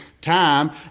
Time